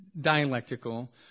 dialectical